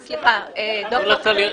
אתה הולך לאיבוד.